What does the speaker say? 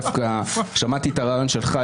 שמעתי את הרעיון שלך,